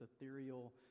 ethereal